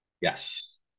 Yes